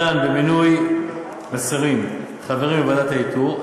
הדן במינוי שרים חברים בוועדת האיתור.